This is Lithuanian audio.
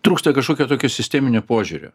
trūksta kažkokio tokio sisteminio požiūrio